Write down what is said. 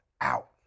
out